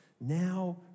now